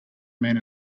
man